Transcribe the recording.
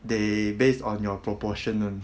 they based on your proportion one